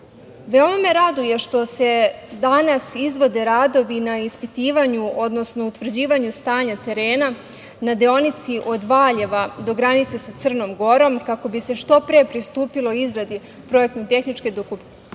me raduje što se danas izvode radovi na ispitivanju, odnosno utvrđivanju stanja terena na deonici od Valjeva do granice sa Crnom Gorom, kako bi se što pre pristupilo izradi projektno-tehničke dokumentacije,